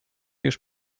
już